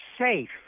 safe